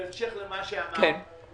בהמשך למה שנאמר לגבי